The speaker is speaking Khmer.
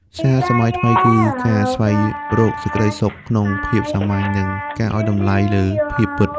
ស្នេហាសម័យថ្មីគឺការស្វែងរកសេចក្តីសុខក្នុងភាពសាមញ្ញ និងការឱ្យតម្លៃលើភាពពិត។